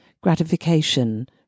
gratification